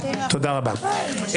תודה רבה.